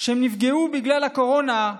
שהן נפגעו בגלל הקורונה,